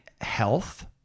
health